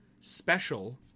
special